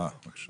(הצגת מצגת)